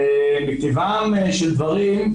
מטבעם של דברים,